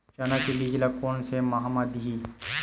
चना के बीज ल कोन से माह म दीही?